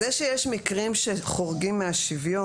זה שיש מקרים שחורגים מהשוויון